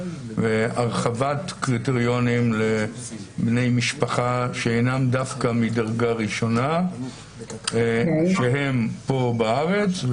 להרחבת קריטריונים לבני משפחה שאינם דווקא מדרגה ראשונה שהם פה בארץ,